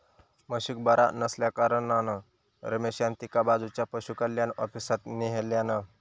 म्हशीक बरा नसल्याकारणान रमेशान तिका बाजूच्या पशुकल्याण ऑफिसात न्हेल्यान